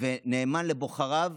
נאמן לבוחריו,